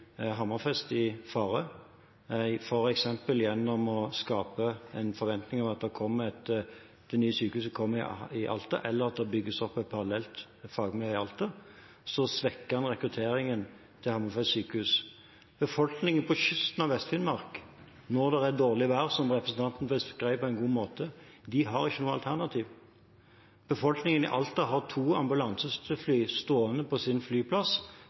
Hammerfest i fare, f.eks. gjennom å skape en forventning om at det nye sykehuset kommer i Alta, eller at det bygges opp et parallelt fagmiljø i Alta, så svekker vi rekrutteringen til Hammerfest sykehus. Befolkningen på kysten av Vest-Finnmark har – når det er dårlig vær, som representanten beskrev på en god måte – ikke noe alternativ. Befolkningen i Alta har to ambulansefly stående på sin flyplass